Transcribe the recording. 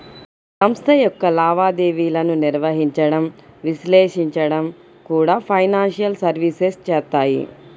సంస్థ యొక్క లావాదేవీలను నిర్వహించడం, విశ్లేషించడం కూడా ఫైనాన్షియల్ సర్వీసెస్ చేత్తాయి